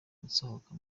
nsohoka